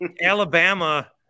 Alabama